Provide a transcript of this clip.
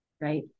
right